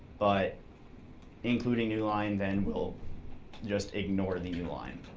but including new line then will just ignore the new line.